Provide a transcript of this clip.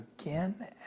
again